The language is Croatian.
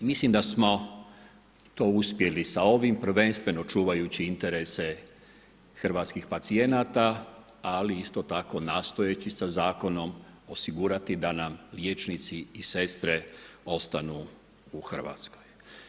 Mislim da smo to uspjeli sa ovim prvenstveno čuvajući interese hrvatskih pacijenata, ali isto tako nastojeći sa zakonom osigurati da nam liječnici i sestre ostanu u Hrvatskoj.